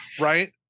right